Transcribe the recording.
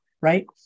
right